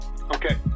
Okay